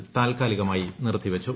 F താൽക്കാലികമായി നിർത്തിവച്ചു